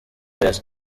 beza